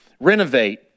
renovate